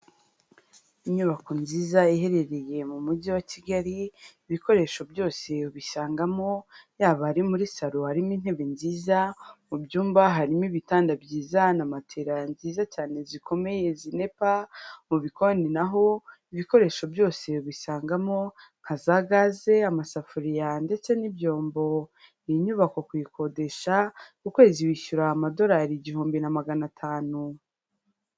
Inyubako nziza iherereye mu mujyi wa Kigali, ibikoresho byose ubisangamo, yaba ari muri salo harimo intebe nziza, mu byumba harimo ibitanda byiza, na matera nziza cyane, zikomeye zinepa, mu bikoni na ho ibikoresho byose ubisangamo nka za gaze, amasafuriya, ndetse n'ibyombo. Iyi nyubako kuyikodesha ku kwezi wishyura amadorari igihumbi na magana atanu.